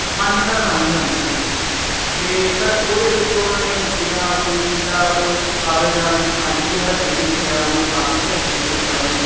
ਹਾਂਜੀ ਸਰ ਹਾਂਜੀ ਹਾਂਜੀ ਹਾਂਜੀ ਅਤੇ ਸਰ ਉਹਦੇ ਵਿੱਚ ਉਹਨਾਂ ਨੇ ਜਿੱਦਾਂ ਕੋਈ ਕੀਤਾ ਓਏ ਕਾਦਰਯਾਰ ਨੇ ਪੰਜ ਛੇ ਹਰਫੀਆਂ 'ਚ ਲਿਖਿਆ ਉਹਨੇ ਸੱਤ ਛੇ ਹਰਫੀਆਂ 'ਚ ਲਿਖਿਆ ਉਹਨੂੰ